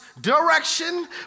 direction